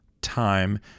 time